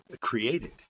created